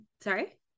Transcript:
sorry